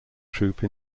troupe